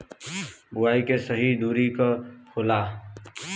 बुआई के सही दूरी का होला?